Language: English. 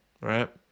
Right